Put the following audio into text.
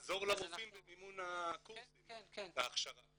לעזור לרופאים במימון הקורסים וההכשרה.